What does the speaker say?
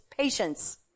patience